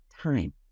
time